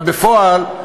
אבל בפועל,